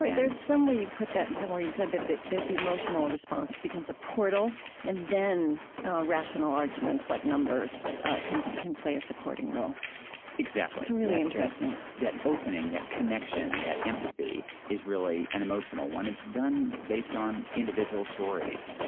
some way you put that and somewhere you said that the that the emotional response becomes a portal and then rational arguments like numbers can can play a supporting role exactly it's really interesting that opening, that connection, that empathy, is really an emotional one. it's done based on individual stories.